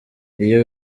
iyo